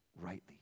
rightly